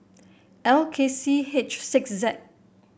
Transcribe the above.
L K C H six Z